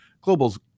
Global's